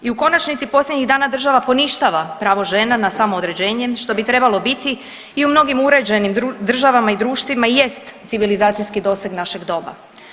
I u konačnici posljednjih dana država poništava pravo žena na samoodređenje što bi trebalo biti i u mnogim uređenim državama i društvima i jest civilizacijski doseg našeg doba.